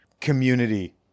community